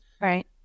Right